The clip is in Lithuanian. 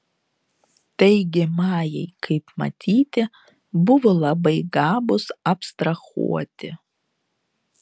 taigi majai kaip matyti buvo labai gabūs abstrahuoti